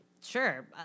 sure